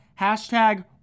Hashtag